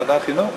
ועדת חינוך?